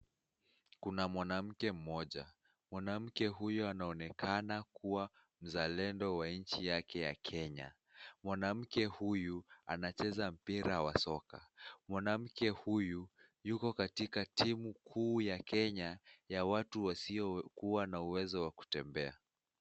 Kuna mwanmke mmoja, mwanamke huyu anaonekana kuwa mzalendo wake wa nchi ya Kenya. Mwanamke huyu anacheza mpira wa soka mwanamke huyu yuko kakitika timu kuu ya Kenya ya watu wasio kuwa na uwezo wa kutembea.